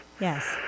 Yes